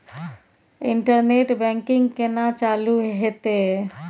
Internet banking केना चालू हेते?